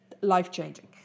Life-changing